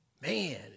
Man